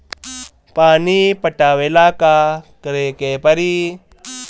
पानी पटावेला का करे के परी?